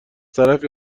طرفی